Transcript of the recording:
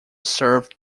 served